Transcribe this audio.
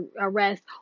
arrest